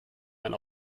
ein